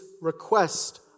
request